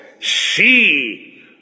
See